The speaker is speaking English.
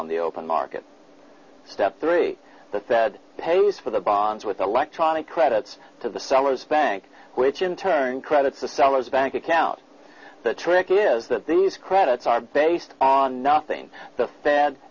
on the open market step three the fed pays for the bonds with electronic credits to the seller's bank which in turn credits the seller's bank account the trick is that these credits are based on nothing the f